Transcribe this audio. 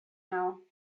now